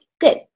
good